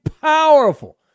powerful